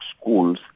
schools